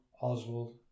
Oswald